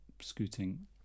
scooting